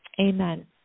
amen